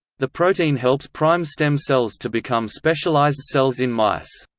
the protein helps prime stem cells to become specialized cells in mice.